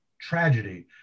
tragedy